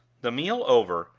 the meal over,